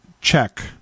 check